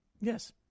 Yes